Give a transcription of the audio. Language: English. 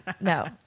No